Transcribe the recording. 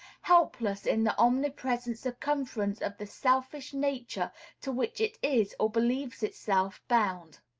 helpless in the omnipresent circumference of the selfish nature to which it is or believes itself bound.